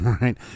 right